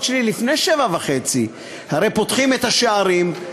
שלי לפני 07:30. הרי פותחים את השערים,